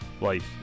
Life